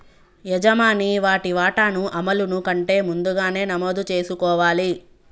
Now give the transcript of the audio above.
యజమాని వాటి వాటాను అమలును కంటే ముందుగానే నమోదు చేసుకోవాలి